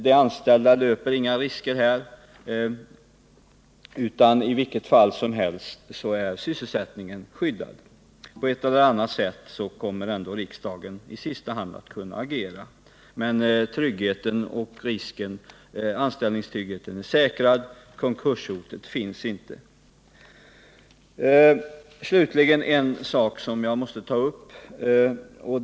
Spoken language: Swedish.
De anställda löper inga risker, under alla förhållanden är sysselsättningen tryggad. På ett eller annat sätt kommer ändå riksdagen i sista hand att kunna agera. Men anställningstryggheten är säkrad, och konkurshotet finns inte. Slutligen en sak som jag måste ta upp.